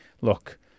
look